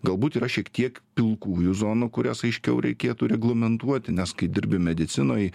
galbūt yra šiek tiek pilkųjų zonų kurias aiškiau reikėtų reglamentuoti nes kai dirbi medicinoj